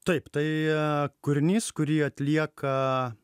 taip tai kūrinys kurį atlieka